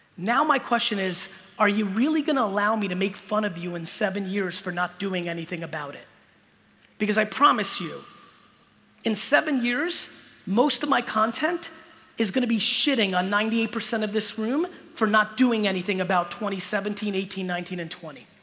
now my question is are you really gonna allow me to make fun of you in seven years for not doing anything about it because i promise you in seven years most of my content is gonna be shitting on ninety eight percent of this room for not doing anything about twenty, seventeen eighteen nineteen and twenty